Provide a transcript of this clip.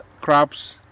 crops